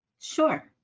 sure